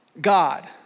God